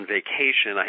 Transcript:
Vacation